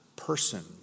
person